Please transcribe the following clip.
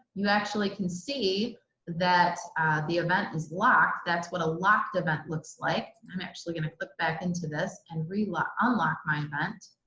you actually can see that the event is locked. that's what a locked event looks like. i'm actually going to click back into this and re unlock my event.